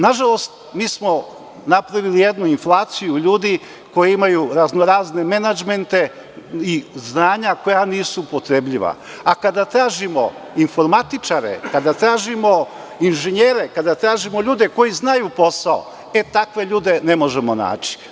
Nažalost, mi smo napravili jednu inflaciju ljudi koji imaju raznorazne menadžmente i znanja koja nisu upotrebljiva, a kada tražimo informatičare, kada tražimo inženjere, kada tražimo ljude koji znaju posao, takve ljude ne možemo naći.